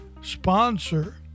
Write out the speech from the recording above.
sponsor